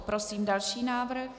Prosím další návrh.